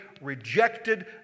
rejected